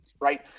right